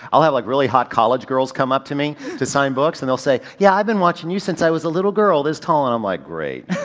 i'll have like really hot college girls come up to me to sign books and they'll say, yeah, i've been watching you since i was a little girl, this tall. and i'm like, great.